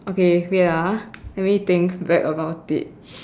okay wait ah let me think back about it